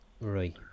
right